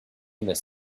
miss